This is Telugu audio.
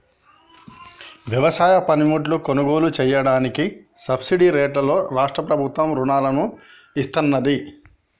వ్యవసాయ పనిముట్లు కొనుగోలు చెయ్యడానికి సబ్సిడీ రేట్లలో రాష్ట్ర ప్రభుత్వం రుణాలను ఇత్తన్నాది